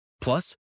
Plus